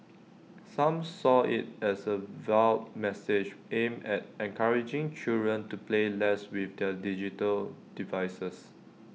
some saw IT as A veiled message aimed at encouraging children to play less with their digital devices